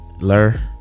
Lur